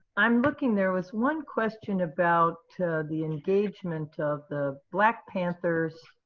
i'm looking there was one question about the engagement of the black panthers,